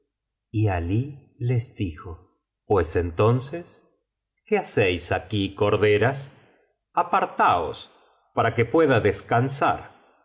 y alí les dijo pues entonces qué hacéis aquí corderas apartaos para que pueda descansar